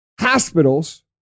hospitals